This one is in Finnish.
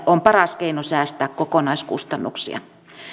on paras keino säästää kokonaiskustannuksia